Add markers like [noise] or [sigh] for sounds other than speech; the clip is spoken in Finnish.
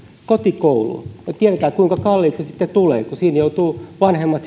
kotikouluun tiedetään kuinka kalliiksi se sitten tulee kun siinä joutuvat vanhemmat [unintelligible]